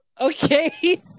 okay